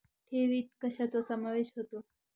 ठेवीत कशाचा समावेश होतो?